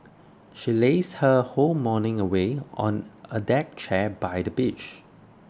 she lazed her whole morning away on a deck chair by the beach